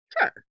sure